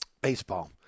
baseball